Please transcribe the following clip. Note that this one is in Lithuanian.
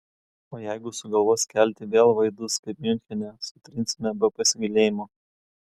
o jeigu sugalvos kelti vėl vaidus kaip miunchene sutrinsime be pasigailėjimo